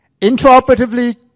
Intraoperatively